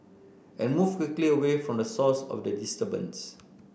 and move quickly away from the source of the disturbance